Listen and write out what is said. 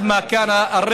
משחקי המזל אסורים.